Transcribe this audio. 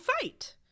fight